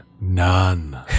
None